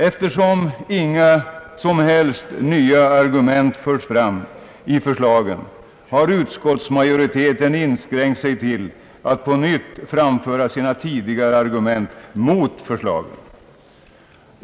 Eftersom inga som helst nya argument förs fram i förslagen har utskottsmajoriteten inskränkt sig till att på nytt framföra sina tidigare argument mot förslagen.